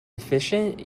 efficient